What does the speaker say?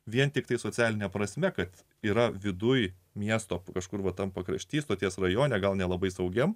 vien tiktai socialine prasme kad yra viduj miesto kažkur va tam pakrašty stoties rajone gal nelabai saugiam